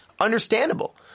Understandable